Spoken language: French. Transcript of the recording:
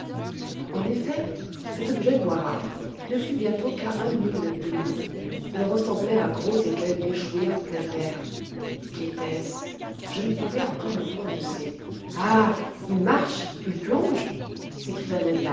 en effet cet objet noirâtre ne fut bientôt qu'à un mille de nous il ressemblait à un gros écueil échoué en pleine mer qu'était-ce je ne pouvais encore me prononcer ah il marche il plonge s'écria